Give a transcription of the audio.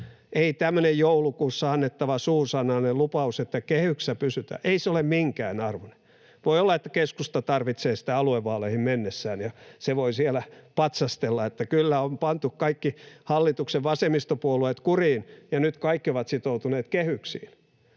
Ei tämmöinen joulukuussa annettava suusanallinen lupaus, että kehityksessä pysytään, ole minkään arvoinen. Voi olla, että keskusta tarvitsee sitä aluevaaleihin mennessään, ja se voi siellä patsastella, että kyllä on pantu kaikki hallituksen vasemmistopuolueet kuriin, ja nyt kaikki ovat sitoutuneet kehyksiin,